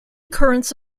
currents